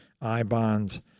I-bonds